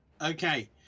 Okay